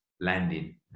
landing